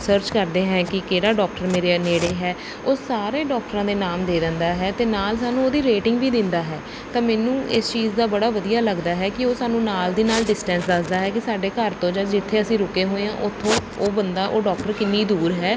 search ਕਰਦੇ ਹੈ ਕਿ ਕਿਹੜਾ ਡੋਕਟਰ ਮੇਰੇ ਨੇੜੇ ਹੈ ਉਹ ਸਾਰੇ ਡੋਕਟਰਾਂ ਦੇ ਨਾਮ ਦੇ ਦਿੰਦਾ ਹੈ ਅਤੇ ਨਾਲ ਸਾਨੂੰ ਉਹਦੀ ਰੇਟਿੰਗ ਵੀ ਦਿੰਦਾ ਹੈ ਤਾਂ ਮੈਨੂੰ ਇਸ ਚੀਜ਼ ਦਾ ਬੜਾ ਵਧੀਆ ਲੱਗਦਾ ਹੈ ਕਿ ਉਹ ਸਾਨੂੰ ਨਾਲ ਦੀ ਨਾਲ ਡਿਸਟੈਂਸ ਦੱਸਦਾ ਹੈ ਕਿ ਸਾਡੇ ਘਰ ਤੋਂ ਜਾਂ ਜਿੱਥੇ ਅਸੀਂ ਰੁਕੇ ਹੋਏ ਹਾਂ ਉੱਥੋਂ ਉਹ ਬੰਦਾ ਉਹ ਡੋਕਟਰ ਕਿੰਨੀ ਦੂਰ ਹੈ